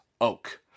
Oak